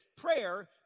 prayer